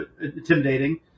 intimidating